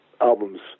albums